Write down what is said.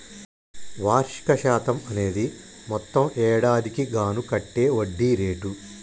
వార్షిక శాతం అనేది మొత్తం ఏడాదికి గాను కట్టే వడ్డీ రేటు